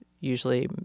usually